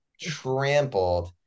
trampled